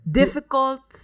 difficult